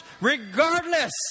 regardless